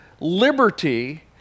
liberty